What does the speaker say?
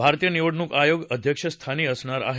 भारतीय निवडणूक आयोग अध्यक्षस्थानी असणार आहे